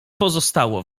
pozostało